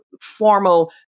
formal